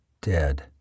dead